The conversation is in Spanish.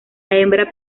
hembra